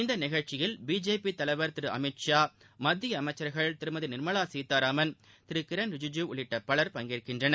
இந்த நிகழ்ச்சியில் பிஜேபி தலைவர் திரு அமித்ஷா மத்திய அமைச்சர்கள் திருமதி நிர்மலா சீதாராமன் திரு கிரண் ரிஜிஜூ உள்ளிட்ட பலர் பங்கேற்கின்றனர்